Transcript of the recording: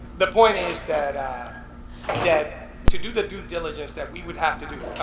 the point is that that to do the due diligence that we would have to do,